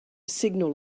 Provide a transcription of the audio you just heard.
signal